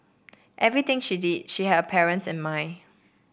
everything she did she had parents and mind